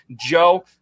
Joe